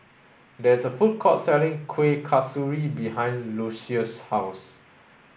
there is a food court selling Kuih Kasturi behind Lucious' house